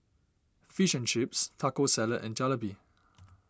Fish and Chips Taco Salad and Jalebi